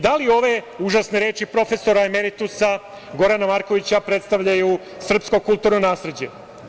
Da li ove užasne reči profesora, emeritusa Gorana Markovića predstavljaju srpsko kulturno nasleđe?